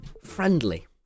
friendly